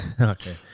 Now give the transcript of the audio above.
Okay